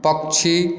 पक्षी